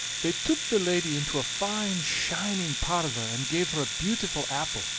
they took the lady into a fine shining parlor, and gave her a beautiful apple,